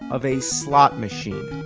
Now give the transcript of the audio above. of a slot machine.